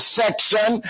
section